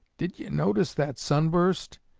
did you notice that sunburst?